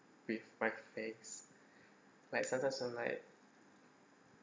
with my face like sometimes I'm like